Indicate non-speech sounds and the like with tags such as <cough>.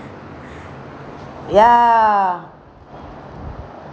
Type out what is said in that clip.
<breath> lah